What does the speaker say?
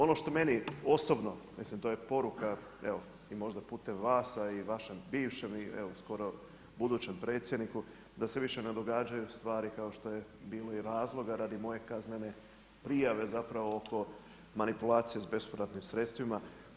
Ono što meni osobno, mislim to je poruka evo i možda putem vas a i vašem bivšem i evo skoro budućem predsjedniku da više ne događaju stvari kao što je bilo i razloga radi moje kaznene prijave zapravo oko manipulacije s bespovratnim sredstvima.